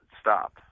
stop